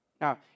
Now